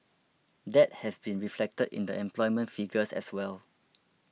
that has been reflected in the employment figures as well